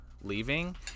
leaving